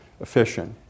efficient